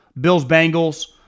Bills-Bengals